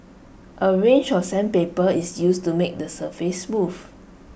A range of sandpaper is used to make the surface smooth